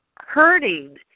hurting